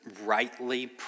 rightly